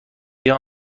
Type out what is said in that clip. بیا